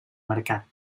mercat